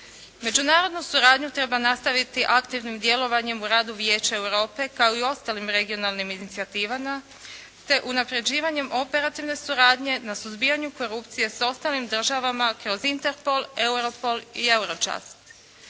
Međunarodnu suradnju treba nastaviti aktivnim djelovanjem u radu Vijeća Europe kao i u ostalim regionalnim inicijativama te unaprjeđivanjem operativne suradnje na suzbijanju korupcije s ostalim državama kroz Interpol, Europol i Eurojust.